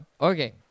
okay